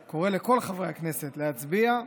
אני קורא לכל חברי הכנסת להצביע,